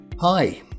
Hi